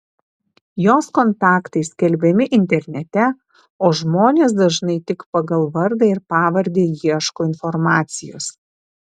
jos kontaktai skelbiami internete o žmonės dažnai tik pagal vardą ir pavardę ieško informacijos